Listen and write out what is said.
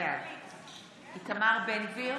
בעד איתמר בן גביר,